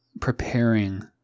preparing